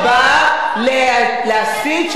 שבאה להסית,